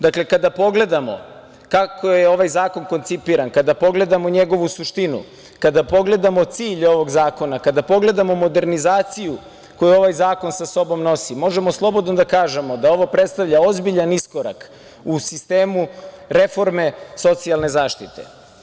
Dakle, kada pogledamo kako je ovaj zakon koncipiran, kada pogledamo njegovu suštinu, kada pogledamo cilj ovog zakona, kada pogledamo modernizaciju koju ovaj zakon sa sobom nosi, možemo slobodno da kažemo da ovo predstavlja ozbiljan iskorak u sistemu reforme socijalne zaštite.